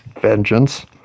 vengeance